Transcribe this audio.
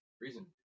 reason